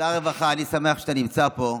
אדוני שר הרווחה, אני שמח שאתה נמצא פה,